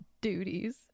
duties